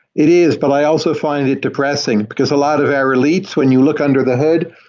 it is, but i also find it depressing, because a lot of our elites, when you look under the hood,